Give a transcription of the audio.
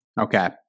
Okay